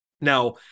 Now